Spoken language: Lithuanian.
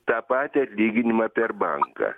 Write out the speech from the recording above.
tą patį atlyginimą per banką